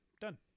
Done